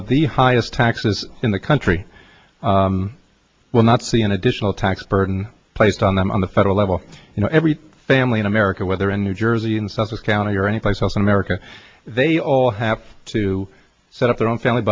of the highest taxes in the country will not see an additional tax burden placed on them on the federal level you know every family in america whether in new jersey in suffolk county or anyplace else in america they all have to set up their own family